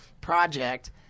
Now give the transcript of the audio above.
project